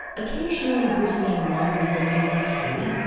occasionally brisbane wanders into history.